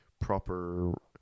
proper